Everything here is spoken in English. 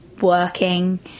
working